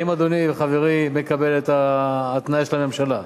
האם אדוני וחברי מקבל את ההתניה של הממשלה?